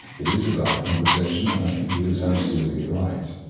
it is about conversation and i think he was absolutely right.